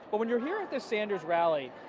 but when you're here in the sanders rally,